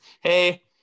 hey